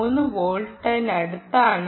3 വോൾട്ടിനടുത്താണ്